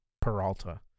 Peralta